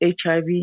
HIV